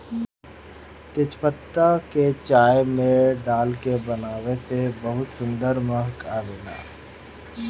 तेजपात के चाय में डाल के बनावे से बहुते सुंदर महक आवेला